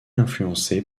influencée